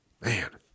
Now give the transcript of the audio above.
Man